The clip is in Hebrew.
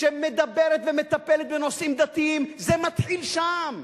שמדברת ומטפלת בנושאים דתיים, זה מתחיל שם.